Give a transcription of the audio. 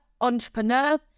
entrepreneur